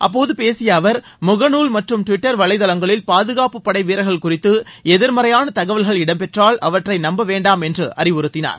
அப்போது பேசிய அவர் முகநூல் மற்றும் டுவிட்டர் வலைதளங்களில் பாதுகாப்பு படை வீரர்கள் குறித்து எதிர்மறையாள தகவல்கள் இடம்பெற்றால் அவற்றை நம்ப வேண்டாம் என்று அறிவுறுத்தினார்